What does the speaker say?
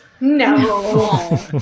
No